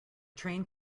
train